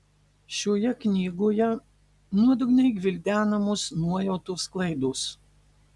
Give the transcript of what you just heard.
šioje knygoje nuodugniai gvildenamos nuojautos klaidos